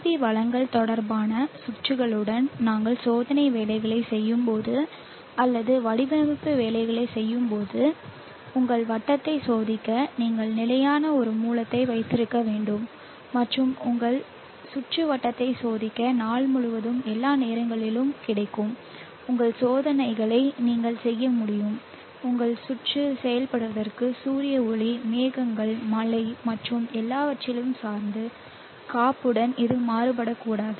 we வளங்கள் தொடர்பான சுற்றுகளுடன் நீங்கள் சோதனை வேலைகளைச் செய்யும்போது அல்லது வடிவமைப்பு வேலைகளைச் செய்யும்போது உங்கள் வட்டத்தை சோதிக்க நீங்கள் நிலையான ஒரு மூலத்தை வைத்திருக்க வேண்டும் மற்றும் உங்கள் சுற்றுவட்டத்தை சோதிக்க நாள் முழுவதும் எல்லா நேரங்களிலும் கிடைக்கும் உங்கள் சோதனைகளை நீங்கள் செய்ய முடியும் உங்கள் சுற்று செயல்படுவதற்கு சூரிய ஒளி மேகங்கள் மழை மற்றும் எல்லாவற்றையும் சார்ந்து காப்புடன் இது மாறுபடக்கூடாது